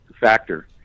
factor